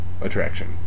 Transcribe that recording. attraction